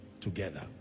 together